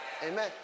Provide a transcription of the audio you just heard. amen